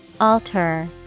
Alter